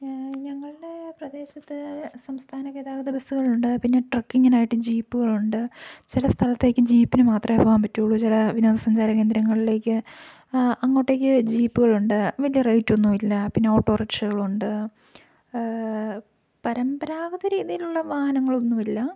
ഞങ്ങളുടെ പ്രദേശത്ത് സംസ്ഥാന ഗതാഗത ബസ്സുകളുണ്ട് പിന്നെ ട്രക്കിങ്ങിനായിട്ട് ജീപ്പുകളുണ്ട് ചില സ്ഥലത്തേക്ക് ജീപ്പിനു മാത്രമേ പോകാൻ പറ്റുള്ളൂ ചില വിനോദ സഞ്ചാര കേന്ദ്രങ്ങളിലേക്ക് അങ്ങോട്ടേക്ക് ജീപ്പുകളുണ്ട് വലിയ റേറ്റൊന്നുമില്ല പിന്നെ ഓട്ടോറിക്ഷകളുണ്ട് പരമ്പരാഗത രീതിയിലുള്ള വാഹനങ്ങളൊന്നുമില്ല